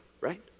Right